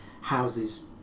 houses